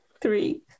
Three